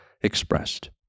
expressed